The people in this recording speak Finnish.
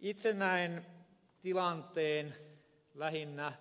itse näen tilanteen lähinnä